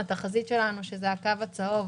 התחזית שלנו זה הקו הצהוב